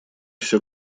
всё